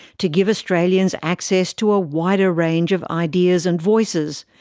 to give australians access to a wider range of ideas and voices,